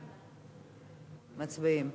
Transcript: מצביעים.